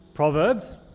Proverbs